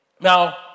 Now